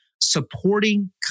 supporting